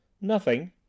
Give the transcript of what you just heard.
Nothing